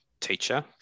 teacher